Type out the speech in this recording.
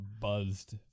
buzzed